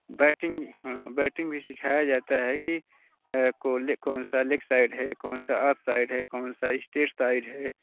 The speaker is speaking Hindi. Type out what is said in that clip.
बैटिंग हाँ बैटिंग भी सिखाया जाता है कि कौनसा लेग साइड है कौनसा अप साइड है कौनसा स्ट्रेट साइड है